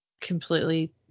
completely